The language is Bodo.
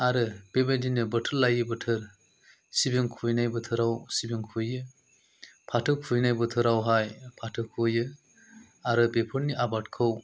आरो बेबादिनो बोथोर लायै बोथोर सिबिं खुबैनाय बोथोराव सिबिं खुबैयो फाथो खुबैनाय बोथोरावहाय फाथो खुबैयो आरो बेफोरनि आबादखौ